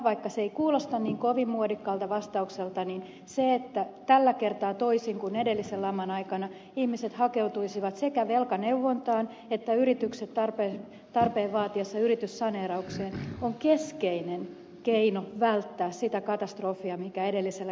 vaikka se ei kuulosta niin kovin muodikkaalta vastaukselta niin se että tällä kertaa toisin kuin edellisen laman aikana ihmiset hakeutuisivat sekä velkaneuvontaan että yritykset tarpeen vaatiessa yrityssaneeraukseen on keskeinen keino välttää sitä katastrofia mikä edellisellä kerralla tapahtui